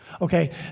Okay